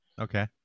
Okay